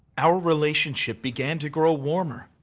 our relationship began to grow warmer,